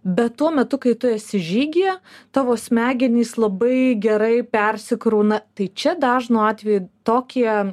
bet tuo metu kai tu esi žygyje tavo smegenys labai gerai persikrauna tai čia dažnu atveju tokie